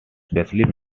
specially